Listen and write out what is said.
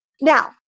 Now